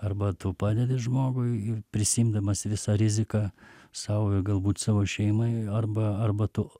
arba tu padedi žmogui prisiimdamas visą riziką sau ir galbūt savo šeimai arba arba tu